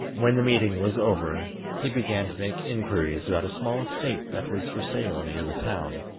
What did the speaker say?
when the meeting was over, he began to make inquiries about a small estate that was for sale near the town,